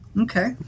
Okay